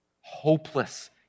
hopeless